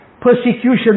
persecution